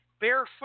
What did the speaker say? Barefoot